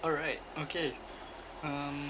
alright okay um